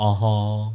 oh oh